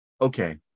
okay